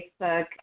Facebook